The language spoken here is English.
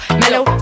mellow